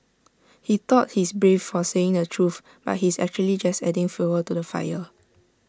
he thought he's brave for saying the truth but he's actually just adding fuel to the fire